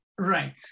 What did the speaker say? Right